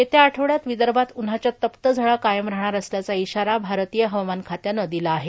येत्या आठवड्यात विदर्भात उन्हाच्या तप्त झळा कायम राहणार असल्याचा ईशारा भारतीय हवामान खात्यानं दिला आहे